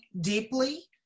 deeply